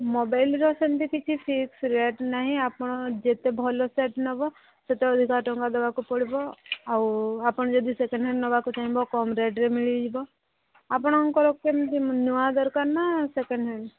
ମୋବାଇଲ୍ର ସେମିତି କିଛି ଫିକ୍ସ୍ ରେଟ୍ ନାଇଁ ଆପଣ ଯେତେ ଭଲ ସେଟ୍ ନେବ ସେତେ ଅଧିକା ଟଙ୍କା ଦେବାକୁ ପଡ଼ିବ ଆଉ ଆପଣ ଯଦି ସେକେଣ୍ଡ୍ ହ୍ୟାଣ୍ଡ୍ ନେବାକୁ ଚାହିଁବ କମ ରେଟ୍ରେ ମିଳିଯିବ ଆପଣଙ୍କର କେମିତି ନୂଆ ଦରକାର ନା ସେକେଣ୍ଡ୍ ହ୍ୟାଣ୍ଡ୍